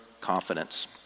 confidence